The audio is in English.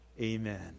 amen